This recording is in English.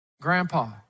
Grandpa